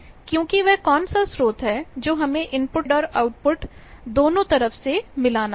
क्योंकि वह कौन सा स्रोत है जो हमें इनपुट साइड और आउटपुट दोनोंतरफ से मिलाना होगा